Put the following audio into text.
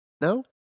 No